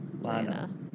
Lana